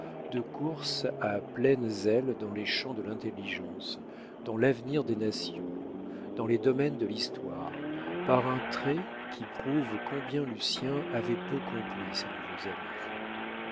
de courses à pleines ailes dans les champs de l'intelligence dans l'avenir des nations dans les domaines de l'histoire par un trait qui prouve combien lucien avait peu compris ses nouveaux amis